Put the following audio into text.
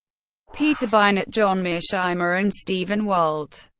peter beinart, john mearsheimer, and stephen walt.